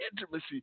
intimacy